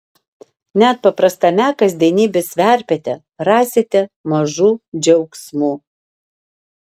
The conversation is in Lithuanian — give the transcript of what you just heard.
net paprastame kasdienybės verpete rasite mažų džiaugsmų